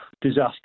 disaster